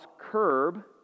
curb